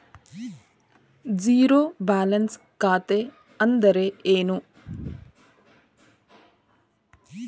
Zero balance ಖಾತೆ ಅಂದ್ರೆ ಏನು?